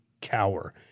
cower